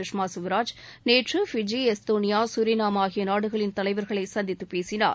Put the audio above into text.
கஷ்மா ஸ்வராஜ் நேற்று Fiji Estonia கரினாம் ஆகிய நாடுகளின் தலைவர்களை சந்தித்துப் பேசினார்